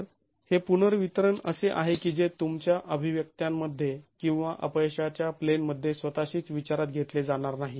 तर हे पुनर्वितरण असे आहे की जे तुमच्या अभिव्यक्त्यांमध्ये किंवा अपयशाच्या प्लेनमध्ये स्वतःशीच विचारात घेतले जाणार नाही